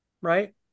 right